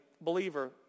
believer